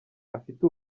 afite